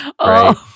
right